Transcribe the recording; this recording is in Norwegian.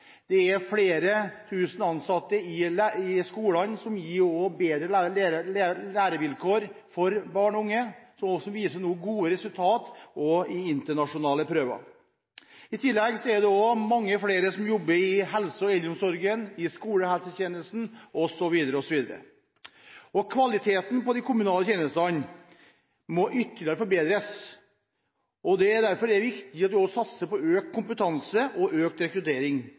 Det er flere tusen ansatte i skolene som gir bedre lærevilkår for barn og unge, og som nå viser gode resultat også på internasjonale prøver. I tillegg er det også mange flere som jobber i helse- og eldreomsorgen, i skolehelsetjenesten osv. Kvaliteten på de kommunale tjenestene må ytterligere forbedres. Det er derfor riktig at det også satses på økt kompetanse og økt rekruttering.